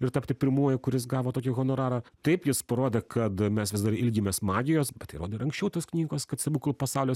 ir tapti pirmuoju kuris gavo tokį honorarą taip jis parodė kad mes vis dar ilgimės magijos bet tai rodė ir anksčiau tos knygos kad stebuklų pasaulis